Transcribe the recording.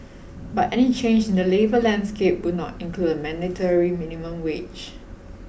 but any change in the labour landscape would not include a mandatory minimum wage